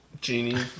genie